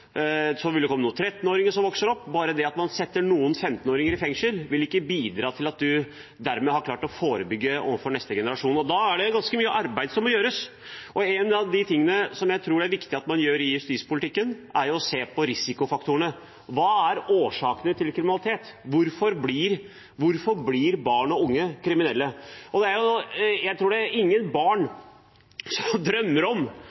så vil det komme noen 13-åringer som vokser opp. At man setter noen 15-åringer i fengsel, vil ikke dermed bidra til at man klarer å forebygge for neste generasjon. Det er ganske mye arbeid som må gjøres. Noe av det jeg tror det er viktig at man gjør i justispolitikken, er å se på risikofaktorene. Hva er årsakene til kriminalitet? Hvorfor blir barn og unge kriminelle? Jeg tror ingen barn, når de er små, drømmer om